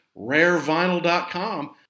RareVinyl.com